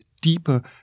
deeper